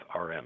RM